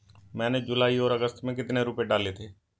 मैंने जुलाई और अगस्त में कितने रुपये डाले थे?